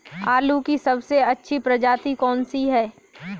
आलू की सबसे अच्छी प्रजाति कौन सी है?